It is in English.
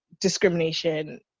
discrimination